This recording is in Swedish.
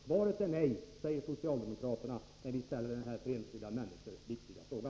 Svaret är nej, säger socialdemokraterna när vi ställer denna för enskilda människor viktiga fråga.